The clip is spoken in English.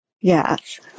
Yes